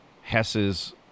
Hess's